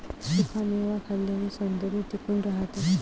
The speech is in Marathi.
सुखा मेवा खाल्ल्याने सौंदर्य टिकून राहते